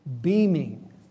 beaming